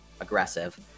aggressive